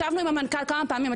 ישבנו עם המנכ"ל כמה פעמים,